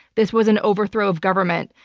this was an overthrow of government.